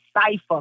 cipher